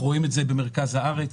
אנחנו רואים את זה במרכז הארץ,